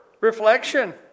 reflection